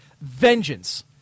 vengeance